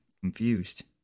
confused